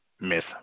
Miss